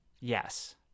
Yes